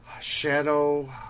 Shadow